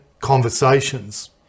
conversations